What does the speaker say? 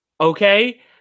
Okay